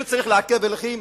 אם צריך לעכב הליכים,